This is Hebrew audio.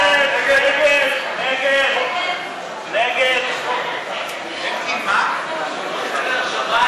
ההסתייגות (13) של קבוצת סיעת יש עתיד לסעיף